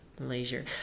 Leisure